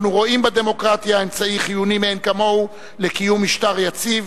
אנחנו רואים בדמוקרטיה אמצעי חיוני מאין כמוהו לקיום משטר יציב,